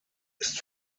ist